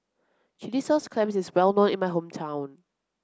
Chilli Sauce Clams is well known in my hometown